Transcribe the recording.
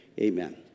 amen